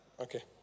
Okay